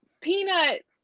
peanut